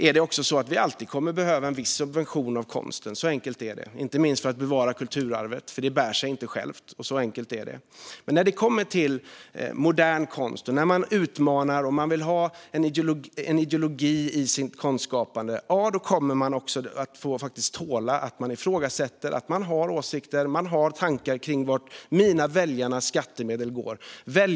Vi kommer alltid att behöva viss subvention av konsten - inte minst för att bevara kulturarvet, för det bär sig inte självt. Så enkelt är det. Men om man skapar modern konst, utmanar och vill ha ideologi i sitt konstskapande kommer man också att få tåla att ens åsikter ifrågasätts. Jag har som politiker tankar kring vad mina väljares skattemedel går till.